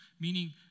Meaning